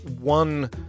one